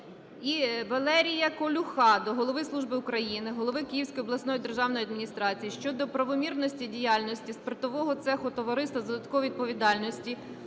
Валерія Колюха до Голови Служби… України, голови Київської обласної державної адміністрації щодо правомірності діяльності спиртового цеху товариства з додатковою відповідальністю